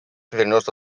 вернется